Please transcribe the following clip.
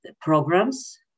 programs